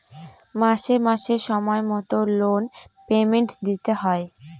মাসে মাসে সময় মতো লোন পেমেন্ট দিতে হয়